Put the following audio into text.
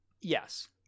yes